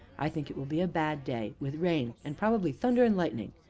i think it will be a bad day, with rain and probably thunder and lightning!